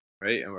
Right